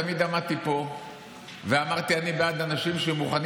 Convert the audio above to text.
תמיד עמדתי פה ואמרתי שאני בעד אנשים שמוכנים